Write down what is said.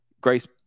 Grace